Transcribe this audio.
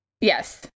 Yes